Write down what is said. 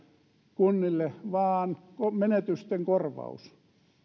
kunnille vaan menetysten korvaus